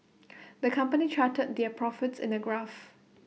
the company charted their profits in A graph